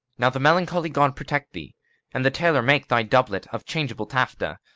now the melancholy god protect thee and the tailor make thy doublet of changeable taffeta,